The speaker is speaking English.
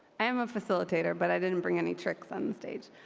am a facilitator, but i didn't bring any tricks on the stage.